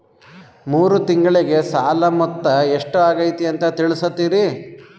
ಮೂರು ತಿಂಗಳಗೆ ಸಾಲ ಮೊತ್ತ ಎಷ್ಟು ಆಗೈತಿ ಅಂತ ತಿಳಸತಿರಿ?